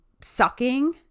sucking